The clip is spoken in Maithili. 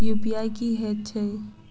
यु.पी.आई की हएत छई?